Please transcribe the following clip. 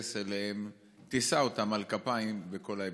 תישא אותם על כפיים בכל ההיבטים.